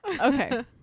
Okay